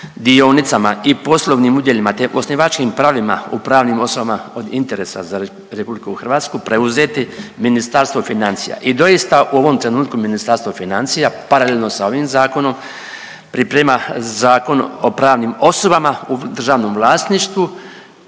dionicama i poslovnim udjelima te osnivačkim pravima u pravnim osobama od interesa za RH preuzeti Ministarstvo financija. I doista u ovom trenutku Ministarstvo financija paralelno sa ovim zakonom priprema Zakon o pravnim osobama u državnom vlasništvu